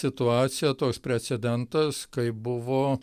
situacija toks precedentas kai buvo